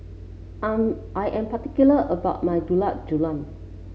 am I am particular about my Gulab Jamun